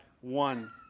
one